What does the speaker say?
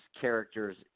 characters